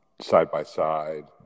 side-by-side